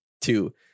Two